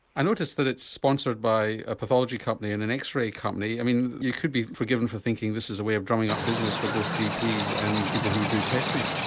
i notice that it's sponsored by a pathology company and an x-ray company, i mean you could be forgiven for thinking this is a way of drumming up business for both gps and people who do testing.